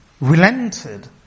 relented